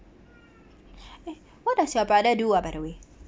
eh what does your brother do ah by the way